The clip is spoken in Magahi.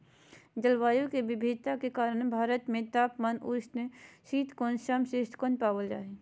जलवायु के विविधता के कारण भारत में तापमान, उष्ण उपोष्ण शीतोष्ण, सम शीतोष्ण पावल जा हई